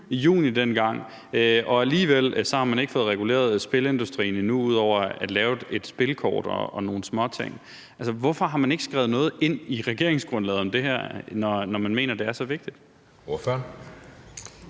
i juni dengang. Og alligevel har man ikke fået reguleret spilindustrien endnu ud over at lave et spilkort og nogle småting. Hvorfor har man ikke skrevet noget ind i regeringsgrundlaget om det her, når man mener, det er så vigtigt? Kl.